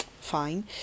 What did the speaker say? Fine